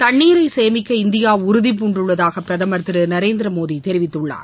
தண்ணீரை சேமிக்க இந்தியா உறுதிபூண்டுள்ளதாக பிரதமர் திரு நரேந்திர மோடி தெரிவித்துள்ளார்